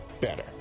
better